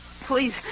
Please